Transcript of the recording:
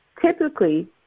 Typically